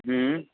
हम्म